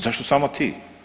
Zašto samo ti?